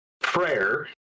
Prayer